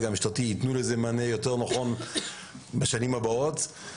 המשטרתי יתנו לזה מענה יותר נכון בשנים הבאות.